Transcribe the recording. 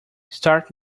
stark